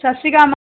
ਸਤਿ ਸ਼੍ਰੀ ਅਕਾਲ